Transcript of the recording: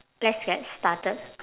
let's get started